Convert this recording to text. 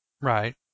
Right